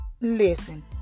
listen